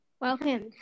Welcome